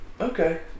okay